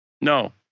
No